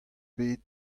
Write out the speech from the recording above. bet